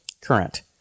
current